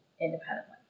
independently